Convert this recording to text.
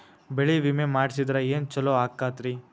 ಬೆಳಿ ವಿಮೆ ಮಾಡಿಸಿದ್ರ ಏನ್ ಛಲೋ ಆಕತ್ರಿ?